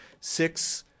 six